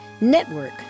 Network